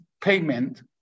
payment